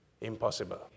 impossible